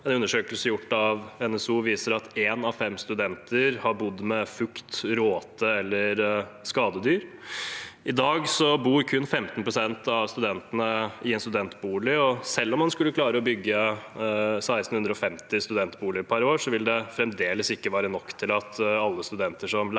studentorganisasjon viser at én av fem studenter har bodd med fukt, råte eller skadedyr. I dag bor kun 15 pst. av studentene i en studentbolig, og selv om man skulle klare å bygge 1 650 studentboliger per år, vil det fremdeles ikke være nok til at alle studenter som leier